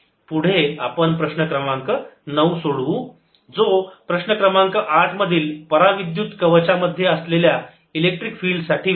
पुढे आपण प्रश्न क्रमांक 9 सोडवू जो प्रश्न क्रमांक 8 मधील पराविद्युत कवचामध्ये असलेल्या इलेक्ट्रिक फील्ड साठी विचारत आहे